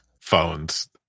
phones